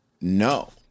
no